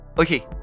Okay